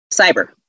cyber